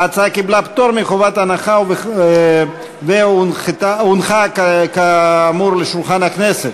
ההצעה קיבלה פטור מחובת הנחה והונחה כאמור על שולחן הכנסת.